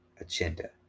Agenda